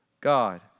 God